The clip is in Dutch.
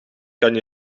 kan